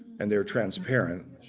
and they were transparent.